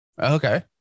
Okay